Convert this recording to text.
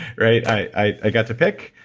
right? i got to pick,